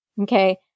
Okay